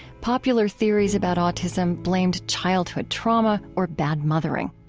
popular theories about autism blamed childhood trauma or bad mothering.